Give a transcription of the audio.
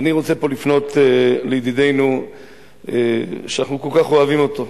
ואני רוצה פה לפנות לידידנו שאנחנו כל כך אוהבים אותו,